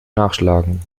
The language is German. nachschlagen